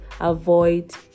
avoid